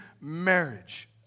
marriage